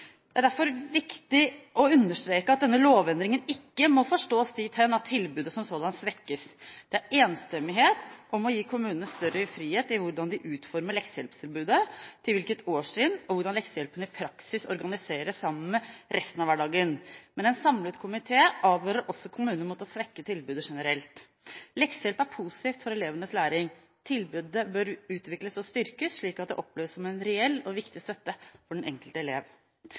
Det er derfor viktig å understreke at denne lovendringen ikke må forstås dit hen at tilbudet som sådan svekkes. Det er enstemmighet om å gi kommunene større frihet i hvordan de utformer leksehjelpstilbudet, til hvilket årstrinn leksehjelpen gis, og hvordan den i praksis organiseres sammen med resten av skolehverdagen. Men en samlet komité advarer også kommunene mot å svekke tilbudet generelt. Leksehjelp er positivt for elevenes læring. Tilbudet bør utvikles og styrkes slik at det oppleves som en reell og viktig støtte for den enkelte elev.